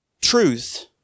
truth